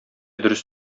дөрес